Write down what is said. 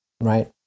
right